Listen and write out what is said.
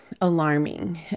alarming